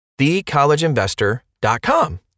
thecollegeinvestor.com